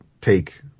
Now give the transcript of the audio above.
take